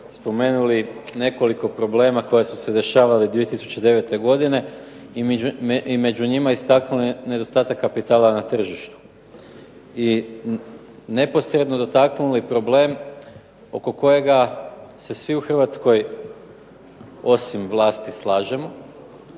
spomenuli nekoliko problema koji su se dešavali 2009. godine i među njima istaknuli nedostatak kapitala na tržištu i neposredno dotaknuli problem oko kojega se svi u Hrvatskoj, osim vlasti, slažemo